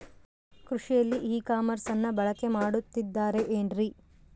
ಕೃಷಿಯಲ್ಲಿ ಇ ಕಾಮರ್ಸನ್ನ ಬಳಕೆ ಮಾಡುತ್ತಿದ್ದಾರೆ ಏನ್ರಿ?